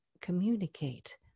communicate